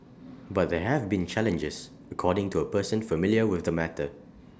but there have been challenges according to A person familiar with the matter